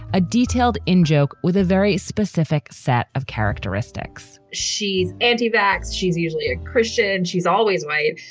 a detailed in-joke with a very specific set of characteristics she's and a. vacs. she's usually a christian. she's always white.